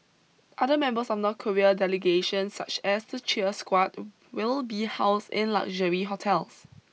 other members of North Korea delegation such as the cheer squad will be housed in luxury hotels